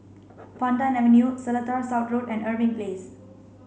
Pandan Avenue Seletar South Road and Irving Place